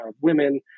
women